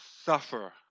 suffer